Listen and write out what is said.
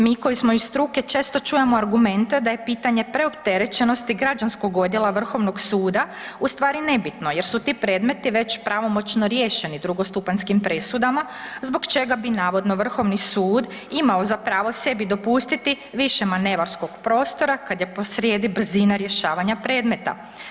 Mi koji smo iz struke često čujemo argumente da je pitanje preopterećenosti građanskog odjela vrhovnog suda u stvari nebitno jer su ti predmeti već pravomoćno riješeni drugostupanjskim presudama zbog čega bi navodno vrhovni sud imao zapravo sebi dopustiti više manevarskog prostora kad je posrijedi brzina rješavanja predmeta.